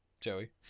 Joey